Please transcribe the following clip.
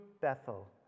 Bethel